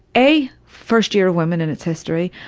a. first year women in its history.